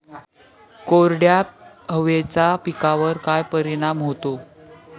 कोरड्या हवेचा पिकावर काय परिणाम होतो?